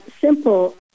simple